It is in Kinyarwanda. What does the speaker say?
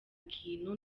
kintu